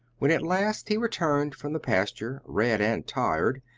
when at last he returned from the pasture, red and tired,